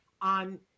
on